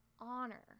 honor